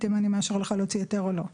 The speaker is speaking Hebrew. אם היא מאשרת לו להוציא היתר או לא.